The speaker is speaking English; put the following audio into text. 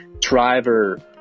driver